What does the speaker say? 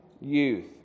youth